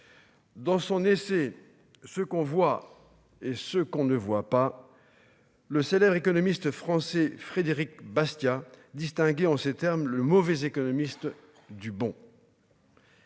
Dans son essai, ce qu'on voit et ce qu'on ne voit pas le célèbre économiste français Frédéric Bastiat distingué en ces termes le mauvais économiste du bon.